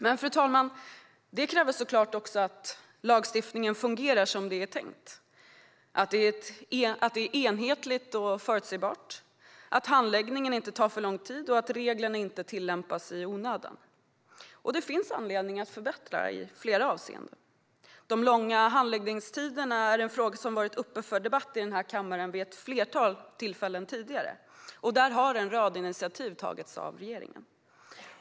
Men, fru talman, det kräver såklart också att lagstiftningen fungerar som det är tänkt: att det hela är enhetligt och förutsägbart, att handläggningen inte tar för lång tid och att reglerna inte tillämpas i onödan. Det finns anledning att förbättra detta i flera avseenden. De långa handläggningstiderna är en fråga som har varit uppe för debatt i kammaren vid ett flertal tillfällen tidigare, och där har en rad initiativ tagits av regeringen.